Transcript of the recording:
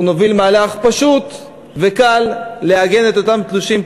אנחנו נוביל מהלך פשוט וקל כדי לעגן את אותם תלושים,